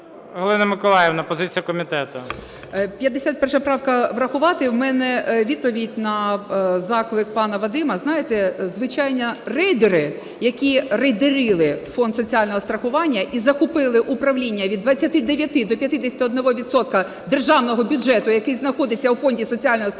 Галина Миколаївна, позиція комітету. 16:15:42 ТРЕТЬЯКОВА Г.М. 51 правка врахувати. В мене відповідь на заклик пана Вадима. Знаєте, звичайні рейдери, які рейдерили Фонд соціального страхування і захватили управління від 29 до 51 відсотка державного бюджету, який знаходиться у Фонді соціального страхування.